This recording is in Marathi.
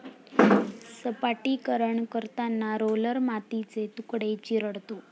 सपाटीकरण करताना रोलर मातीचे तुकडे चिरडतो